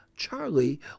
Charlie